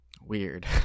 Weird